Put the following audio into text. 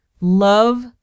love